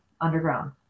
underground